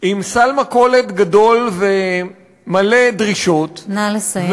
עם סל מכולת גדול ומלא דרישות, נא לסיים.